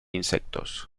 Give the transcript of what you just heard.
insectos